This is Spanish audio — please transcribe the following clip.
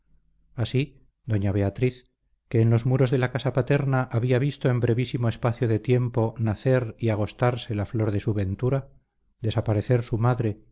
así doña beatriz que en los muros de la casa paterna había visto en brevísimo espacio de tiempo nacer y agostarse la flor de su ventura desaparecer su madre